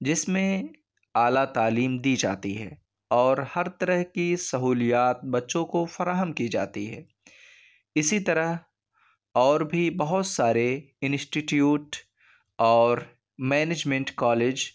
جس میں اعلیٰ تعلیم دی جاتی ہے اور ہر طرح کی سہولیات بچوں کو فراہم کی جاتی ہے اسی طرح اور بھی بہت سارے انسٹی ٹیوٹ اور مینجمنٹ کالج